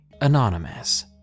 anonymous